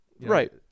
Right